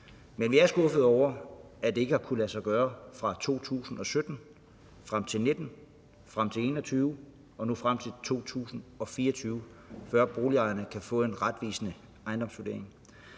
Men jeg er skuffet over, at det ikke har kunnet lade sig gøre fra 2017 frem til 2019. Så blev det frem til 2021, og nu bliver det først i 2024, at boligejerne kan få en retvisende ejendomsvurdering.